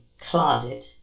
closet